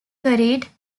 carried